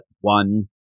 one